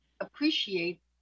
appreciate